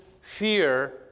fear